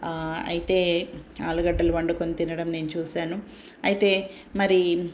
అయితే ఆలుగడ్డలు వండుకుని తినడం నేను చూశాను అయితే మరి